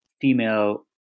female